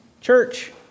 church